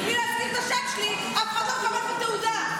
כי בלי להזכיר את השם שלי אף אחד לא מקבל את התהודה.